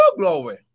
glory